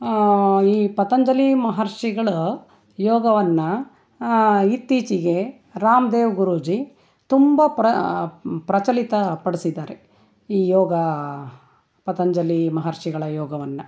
ಈ ಪತಂಜಲಿ ಮಹರ್ಷಿಗಳು ಯೋಗವನ್ನು ಇತ್ತೀಚೆಗೆ ರಾಮ್ದೇವ್ ಗುರೂಜಿ ತುಂಬ ಪ್ರ ಪ್ರಚಲಿತ ಪಡಿಸಿದ್ದಾರೆ ಈ ಯೋಗ ಪತಂಜಲಿ ಮಹರ್ಷಿಗಳ ಯೋಗವನ್ನು